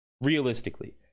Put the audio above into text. realistically